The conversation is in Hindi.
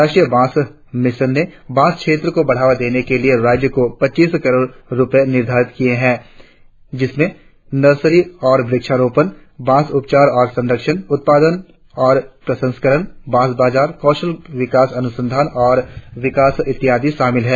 राष्ट्रीय बांस मिशन ने बांस क्षेत्र को बढ़ावा देने के लिए राज्य को पचीस करोड़ रुपये निर्धारित किए है जिसमें नर्सरी और वृक्षारोपण बांस उपचार और संरक्षण उत्पादन और प्रसंस्करण बांस बाजार कौशल विकास अनुसंधान और विकास इत्यादि शामिल हैं